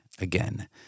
Again